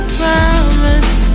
promise